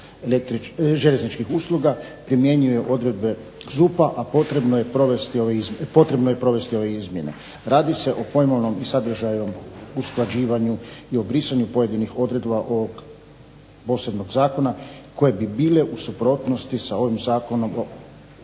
željezničkih usluga primjenjuje odredbe ZUP-a a potrebno je provesti ove izmjene. Radi se o pojmovnom i sadržajnom usklađivanju i o brisanju pojedinih odredba posebnog zakona koje bi bile u suprotnosti sa ovim zakonom o